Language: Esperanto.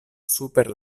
super